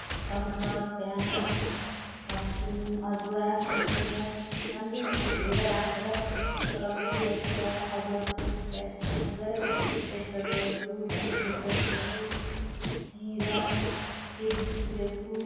टमाटर प्याज लसुन अदुवा किनेर राम्रोसँगले धोएर राखेर चलाउँछु अन्त प्या अदुवाको पेस्ट मज्जाले पेस्टहरू गर्छु लसुनहरू पेस्ट गर्छु जिरा केजी केजी ल्याउँछु